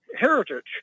heritage